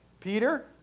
Peter